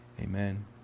Amen